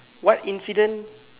what incident